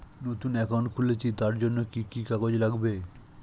নতুন অ্যাকাউন্ট খুলছি তার জন্য কি কি কাগজ লাগবে?